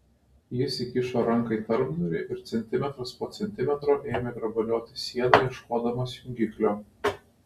jis įkišo ranką į tarpdurį ir centimetras po centimetro ėmė grabalioti sieną ieškodamas jungiklio